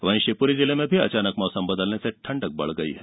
वहीं शिवपुरी जिले में भी अचानक मौसम बदलने से ठंडक बढ़ गयी है